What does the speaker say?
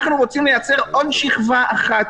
אנחנו רוצים לייצר עוד שכבה אחת,